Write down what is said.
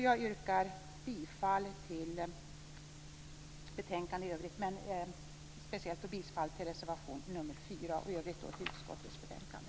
Jag yrkar bifall till reservation nr 4 och i övrigt till hemställan i utskottets betänkande.